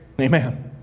Amen